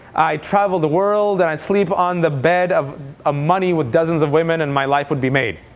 i'd travel the world. and i'd sleep on the bed of ah money with dozens of women, and my life would be made.